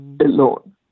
alone